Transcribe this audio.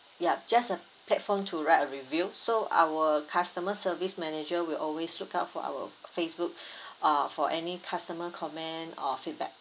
yup just a platform to write a review so our customer service manager will always look out for our facebook uh for any customer comment or feedback